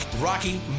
Rocky